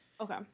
Okay